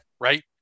Right